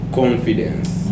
confidence